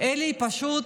אלא היא פשוט